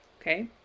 Okay